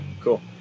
Cool